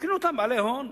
יקנו אותן בעלי הון.